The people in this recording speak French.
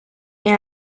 est